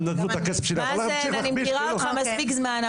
אבל להמשיך להכפיש --- מאזן אני מכירה אותך מספיק זמן.